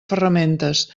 ferramentes